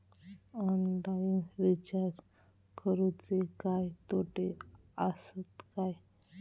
Online recharge करुचे काय तोटे आसत काय?